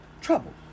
Trouble